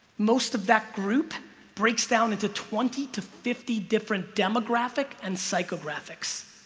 most of that group breaks down into twenty to fifty different demographic and psychographics